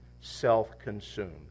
self-consumed